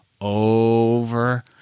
over